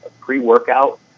pre-workout